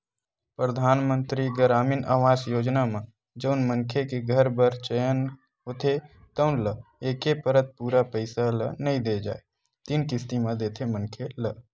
परधानमंतरी गरामीन आवास योजना म जउन मनखे के घर बर चयन होथे तउन ल एके पइत पूरा पइसा ल नइ दे जाए तीन किस्ती म देथे मनखे ल